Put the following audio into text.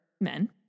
men